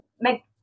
make